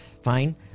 Fine